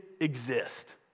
exist